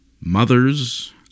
Mothers